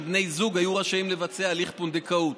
בני זוג היו רשאים לבצע הליך פונדקאות.